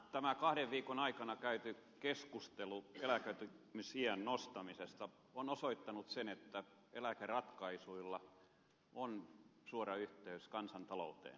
tämä kahden viikon aikana käyty keskustelu eläköitymisiän nostamisesta on osoittanut sen että eläkeratkaisuilla on suora yhteys kansantalouteen